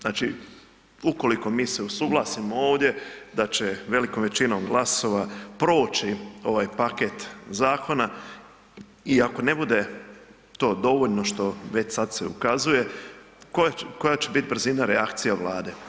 Znači, ukoliko mi se usuglasimo ovdje da će velikom većinom glasova proći ovaj paket zakona i ako ne bude to dovoljno što već sad se ukazuje, koja, koja će bit brzina reakcija Vlade?